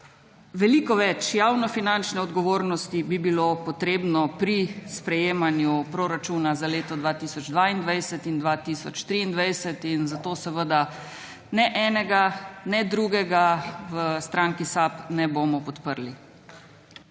Veliko več javnofinančne odgovornosti bi bilo potrebno pri sprejemanju proračuna za leto 2022 in 2023 in zato seveda ne enega, ne drugega v stranki SAB ne bomo podprli.